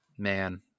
Man